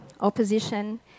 Opposition